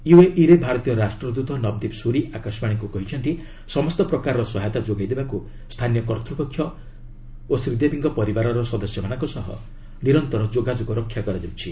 ୟୁଏଇରେ ଭାରତୀୟ ରାଷ୍ଟ୍ରଦୂତ ନବ୍ଦୀପ ସୁରି ଆକାଶବାଣୀକୁ କହିଛନ୍ତି ସମସ୍ତ ପ୍ରକାର ସହାୟତା ଯୋଗାଇ ଦେବାକୁ ସ୍ଥାନୀୟ କର୍ତ୍ତ୍ୱପକ୍ଷ ଓ ଶ୍ରୀଦେବୀଙ୍କ ପରିବାରର ସଦସ୍ୟମାନଙ୍କ ସହ ଯୋଗାଯୋଗ ରକ୍ଷା କରାଯାଉଛି